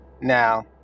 Now